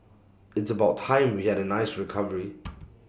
it's about time we had A nice recovery